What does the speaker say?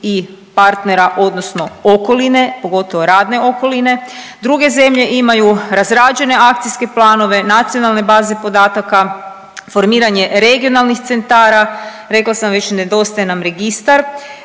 i partnera odnosno okoline, pogotovo radne okoline. Druge zemlje imaju razrađene akcijske planove nacionalne baze podataka, formiranje regionalnih centara. Rekla sam već nedostaje nam registar.